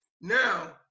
Now